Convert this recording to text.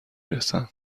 رسم